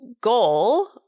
goal